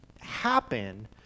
happen